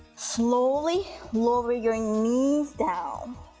slowly lower your knees down